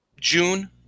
June